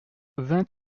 vingt